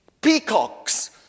peacocks